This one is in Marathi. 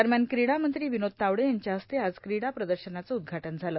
दरम्यान क्रिडामंत्री विनोद तावडे यांच्या हस्ते आज क्रीडा प्रदर्शनाचं उद्घाटन झालं